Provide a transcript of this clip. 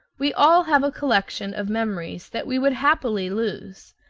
we all have a collection of memories that we would happily lose,